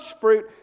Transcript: fruit